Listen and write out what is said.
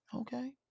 okay